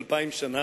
2,000 שנה,